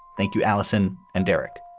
thank you, alison and derek.